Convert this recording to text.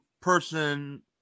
person